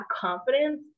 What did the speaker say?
confidence